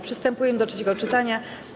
Przystępujemy do trzeciego czytania.